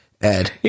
Ed